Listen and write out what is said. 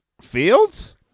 Fields